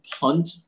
punt